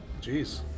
Jeez